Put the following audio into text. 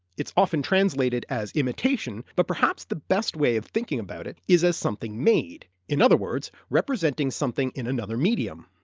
it's often translated as imitation, but perhaps the best way of thinking about it is as something made, in other words representing something in another medium.